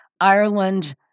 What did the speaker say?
Ireland